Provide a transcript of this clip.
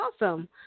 awesome